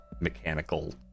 mechanical